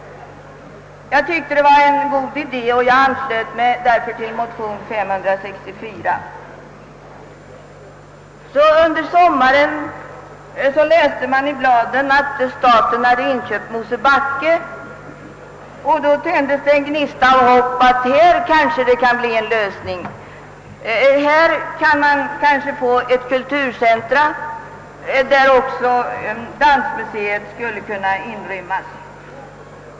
Jag tyckte det var en god idé, och jag anslöt mig därför till motionen. Under sommaren läste man sedan i bladen, att staten hade inköpt Mosebacke. Då tändes en gnista av hopp, att vi här skulle få ett kulturcentrum, där även Dansmuseet kunde inrymmas.